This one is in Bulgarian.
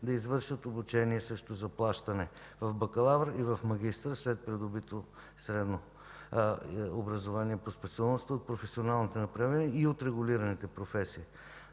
да извършват обучение срещу заплащане в бакалавър и в магистър след придобито средно образование по специалността от професионалните направления и от регулираните професии.